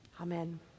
Amen